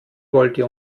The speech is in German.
wollte